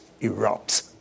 erupt